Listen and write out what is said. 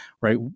right